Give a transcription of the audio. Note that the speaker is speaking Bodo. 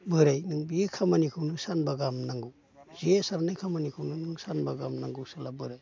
बोराय नों बे खामानिखौनो सानबा गाहाम नांगौ जे सारनाय खामानिखौनो नों सानबा गाहाम नांगौ साला बोराय